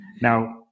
Now